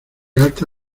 alta